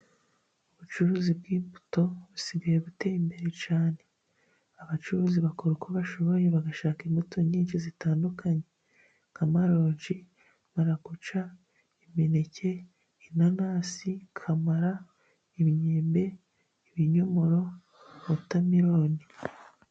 Ubucuruzi bw'imbuto busigaye buteye imbere cyane. Abacuruzi bakora uko bashoboye bagashaka imbuto nyinshi zitandukanye, nk'amaronje, marakuca, imineke, inanasi, kamara, imyembe, ibinyomoro wotameloni.